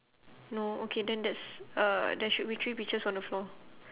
no okay then that's uh there should be three peaches on the floor